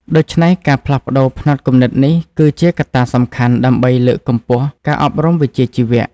ដូច្នេះ ការផ្លាស់ប្តូរផ្នត់គំនិតនេះគឺជាកត្តាសំខាន់ដើម្បីលើកកម្ពស់ការអប់រំវិជ្ជាជីវៈ។